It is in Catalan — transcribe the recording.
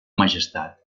majestat